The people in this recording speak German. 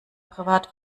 privat